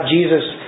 Jesus